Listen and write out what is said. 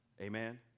Amen